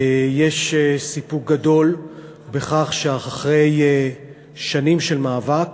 יש סיפוק גדול בכך שאחרי שנים של מאבק